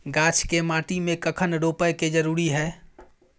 गाछ के माटी में कखन रोपय के जरुरी हय?